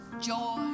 joy